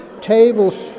tables